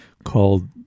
called